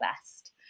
best